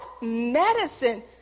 medicine